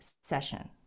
session